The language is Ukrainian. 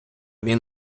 він